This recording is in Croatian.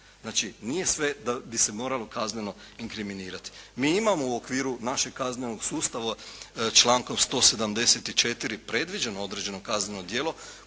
Znači, nije sve da bi se moralo kazneno inkriminirati. Mi imamo u okviru našeg kaznenog sustava člankom 174. predviđeno određeno kazneno djelo